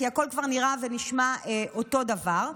כי הכול כבר נראה ונשמע אותו דבר,